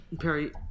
Perry